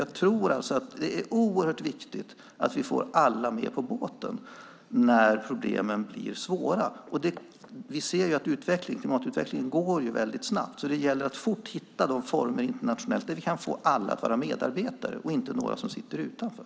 Jag tror alltså att det är oerhört viktigt att vi får alla med på båten när problemen blir svåra. Vi ser att klimatutvecklingen går snabbt, så det gäller att fort hitta former internationellt där vi kan få alla att vara medarbetare och att inte några sitter utanför.